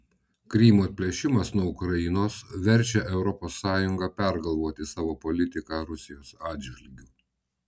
krymo atplėšimas nuo ukrainos verčia europos sąjungą pergalvoti savo politiką rusijos atžvilgiu